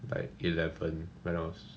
like eleven when I was